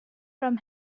from